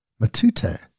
Matute